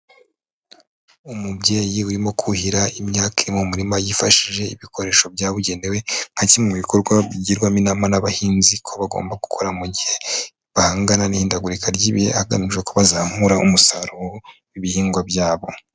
Umubyeyi urimo kuhira imyaka iri mu murima yifashishije ibikoresho byabugenewe, nka kimwe mu bikorwa bigirwamo imana n'abahinzi ko bagomba gukora mu gihe bangana n'ihindagurika ry'ibihe hagamijwe ko bazamura umusaruro w'ibihingwa byabo.